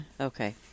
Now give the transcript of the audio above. Okay